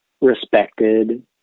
respected